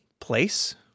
place